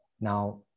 Now